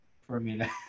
Formula